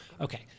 Okay